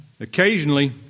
Occasionally